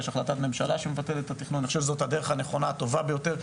יש החלטת ממשלה שמבטלת את התכנון ואני חושב שזאת הדרך הטובה ביותר,